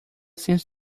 seems